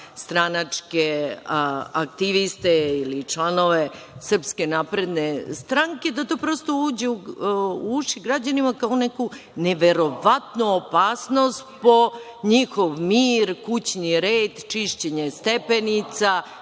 stranačke aktiviste ili članove Srpske napredne stranke, da to prosto uđe u uši građanima kao neka neverovatna opasnost po njihov mir, kućni red, čišćenje stepenica,